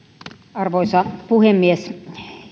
arvoisa puhemies